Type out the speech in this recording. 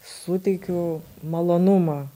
suteikiu malonumą